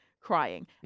crying